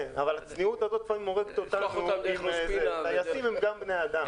כן, אבל הצניעות הזו, טייסים הם גם בני אדם.